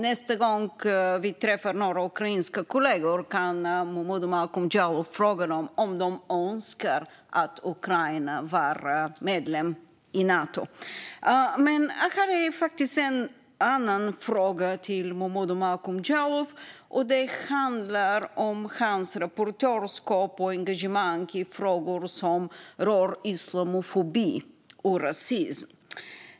Nästa gång vi träffar ukrainska kollegor kan Momodou Malcolm Jallow fråga dem om de önskar att Ukraina var medlem i Nato. Jag har en annan fråga till Momodou Malcolm Jallow. Den handlar om hans rapportörskap och engagemang i frågor som rör islamofobi och rasism.